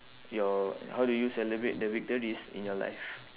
your how do you celebrate the victories in your life